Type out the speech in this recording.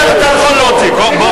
הוא לא ינהל את הישיבות.